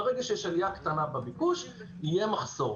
ברגע שיש עליה קטנה בביקוש, יהיה מחסור.